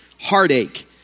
heartache